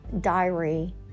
diary